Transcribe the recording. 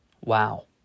Wow